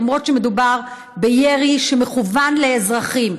למרות שמדובר בירי שמכוון לאזרחים.